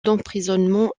d’emprisonnement